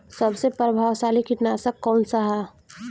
सबसे प्रभावशाली कीटनाशक कउन सा ह?